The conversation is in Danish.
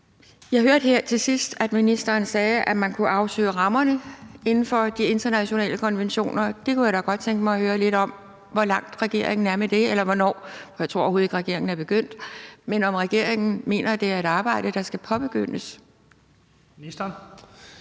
Jeg hørte her til sidst, at ministeren sagde, at man kunne afsøge rammerne inden for de internationale konventioner. Jeg kunne da godt tænke mig at høre lidt om, hvor langt regeringen er med det – jeg tror overhovedet ikke, at regeringen er begyndt. Mener regeringen, at det er et arbejde, der skal påbegyndes? Kl.